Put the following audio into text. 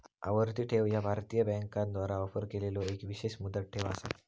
आवर्ती ठेव ह्या भारतीय बँकांद्वारा ऑफर केलेलो एक विशेष मुदत ठेव असा